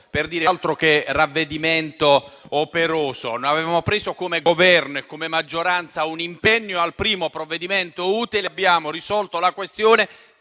non si tratta di ravvedimento operoso. Avevamo preso come Governo e come maggioranza un impegno e al primo provvedimento utile abbiamo risolto la questione,